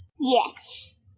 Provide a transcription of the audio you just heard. Yes